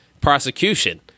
prosecution